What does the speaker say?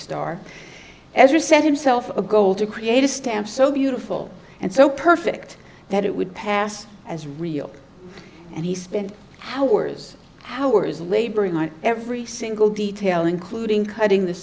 star as you said himself a goal to create a stamp so beautiful and so perfect that it would pass as real and he spent hours hours laboring on every single detail including cutting the